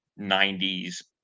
90s